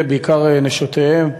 ובעיקר נשותיהם.